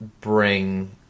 bring